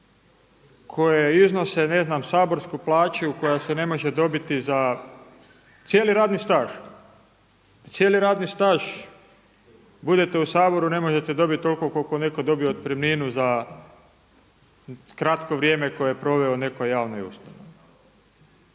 koje iznose ne znam saborsku plaću koja se ne može dobiti za cijeli radni staž, da cijeli radni staž budete u Saboru ne možete dobiti toliko koliko netko dobije otpremninu za kratko vrijeme koje je proveo u nekoj javnoj ustanovi.